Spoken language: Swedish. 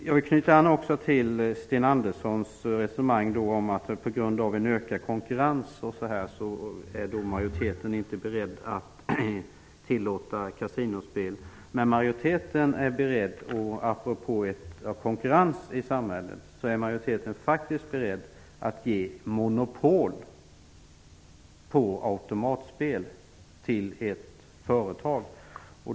Jag vill också knyta an till Sten Anderssons i Malmö resonemang om att majoriteten inte är beredd att tillåta kasinospel på grund av ökad konkurrens. Apropå konkurrens i samhället är majoriteten beredd att ge monopol på automatspel till ett företag.